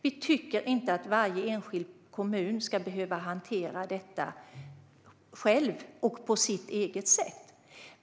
Vi tycker inte att varje enskild kommun ska behöva hantera detta själv och på sitt eget sätt.